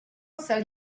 sell